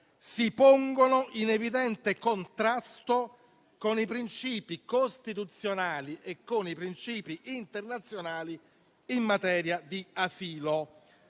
si pongono in evidente contrasto con i principi costituzionali e con i principi internazionali in materia di asilo.